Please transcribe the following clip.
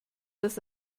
das